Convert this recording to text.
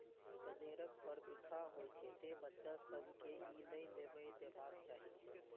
कनेरक फर बिखाह होइ छै, तें बच्चा सभ कें ई नै लेबय देबाक चाही